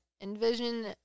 Envision